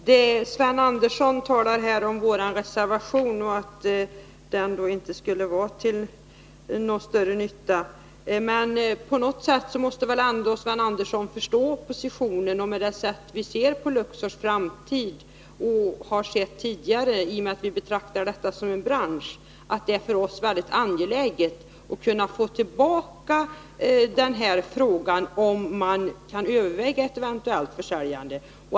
Fru talman! Sven Andersson sade att vår reservation inte skulle vara till någon större nytta. Men Sven Andersson måste väl ändå förstå oppositionen och dess syn på Luxors framtid. Vi har ju hela tiden betraktat detta som en särskild bransch, och vi anser att det är mycket angeläget att man på nytt tar upp frågan och överväger en eventuell försäljning.